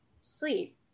sleep